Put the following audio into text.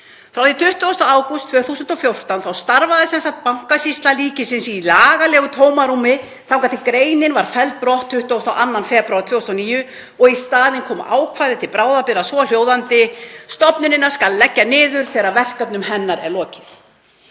Frá því 20. ágúst 2014 starfaði sem sagt Bankasýsla ríkisins í lagalegu tómarúmi þangað til greinin var felld brott 22. febrúar 2019 og í staðinn kom ákvæði til bráðabirgða, svohljóðandi: „Stofnunina skal leggja niður þegar verkefnum hennar er lokið.“